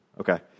Okay